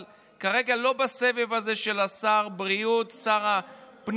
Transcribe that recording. אבל כרגע לא בסבב הזה של שר הבריאות ושר הפנים?